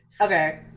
Okay